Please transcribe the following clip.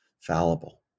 fallible